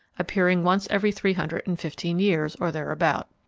appearing once every three hundred and fifteen years, or thereabout.